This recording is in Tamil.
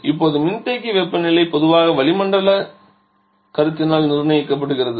இப்போது மின்தேக்கி வெப்பநிலை பொதுவாக வளிமண்டலக் கருத்தினால் நிர்ணயிக்கப்படுகிறது